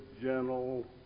gentle